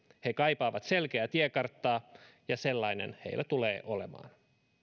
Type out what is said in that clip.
he kaipaavat selkeää tiekarttaa ja sellainen heillä tulee olemaan